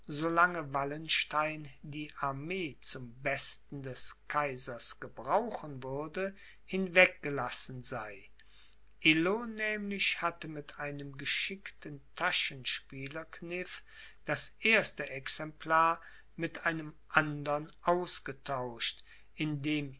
wallenstein die armee zum besten des kaisers gebrauchen würde hinweggelassen sei illo nämlich hatte mit einem geschickten taschenspielerkniff das erste exemplar mit einem andern ausgetauscht in